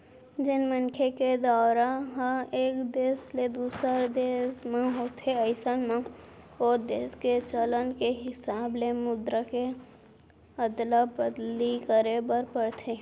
जेन मनखे के दौरा ह एक देस ले दूसर देस म होथे अइसन म ओ देस के चलन के हिसाब ले मुद्रा के अदला बदली करे बर परथे